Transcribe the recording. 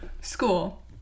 school